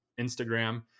Instagram